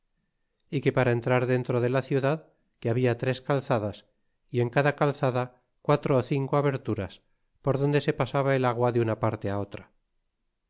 y que para entrar dentro en la ciudad que habia tres calzadas y en cada calzada quatro ó cinco aberturas por donde se pasaba el agua de una parte á otra